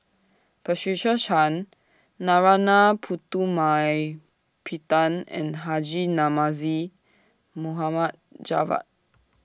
Patricia Chan Narana Putumaippittan and Haji Namazie Mohd Javad